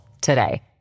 today